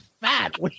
fat